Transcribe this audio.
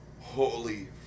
holy